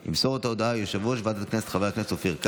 יושב-ראש הקואליציה, הגדלת חברי הוועדה, כן?